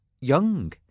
young